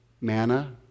manna